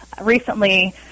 recently